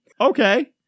Okay